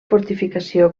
fortificació